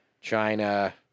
China